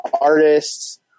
artists